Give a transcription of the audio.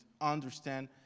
understand